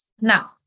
Now